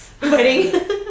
Wedding